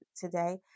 today